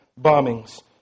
bombings